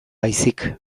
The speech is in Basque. baizik